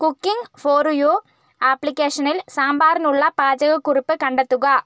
cooking for you ആപ്ലിക്കേഷനിൽ സാമ്പാറിനുള്ള പാചകക്കുറിപ്പ് കണ്ടെത്തുക